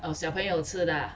oh 小朋友吃的 ah